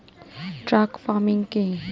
Truck farming কি?